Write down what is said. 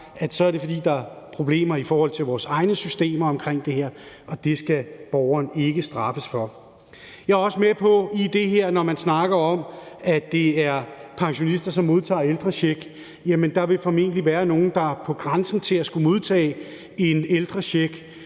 at så er det, fordi der er problemer i forhold til vores egne systemer omkring det her. Og det skal borgeren ikke straffes for. Jeg er også med på, at når man i det her snakker om, at det er pensionister, som modtager ældrecheck, så vil der formentlig være nogle, der er på grænsen til at modtage i forhold